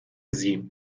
sie